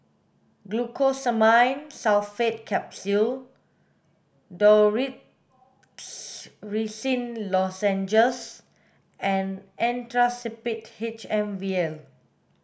Glucosamine Sulfate Capsule Dorithricin Lozenges and Actrapid H M vial